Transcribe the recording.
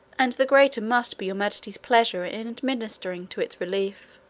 and the greater must be your majesty's pleasure in administering to its relief.